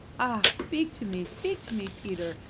ah! speak to me speak to me, peter!